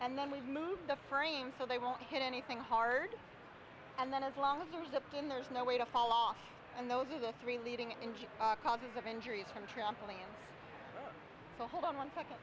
and then we move the frame so they won't hit anything hard and then as long as there is a pin there is no way to fall off and those are the three leading into causes of injuries from trampling to hold on one second